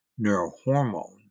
neurohormone